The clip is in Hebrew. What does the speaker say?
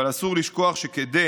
אבל אסור לשכוח שכדי